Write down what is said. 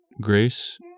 grace